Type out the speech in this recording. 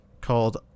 called